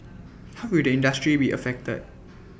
how will the industry be affected